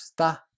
está